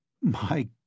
My